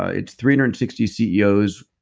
ah it's three hundred and sixty ceos.